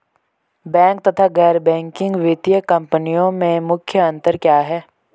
Bank तथा गैर banking वित्तीय कंपनियों में मुख्य अंतर क्या है?